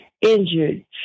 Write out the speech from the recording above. injured